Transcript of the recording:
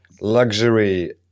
luxury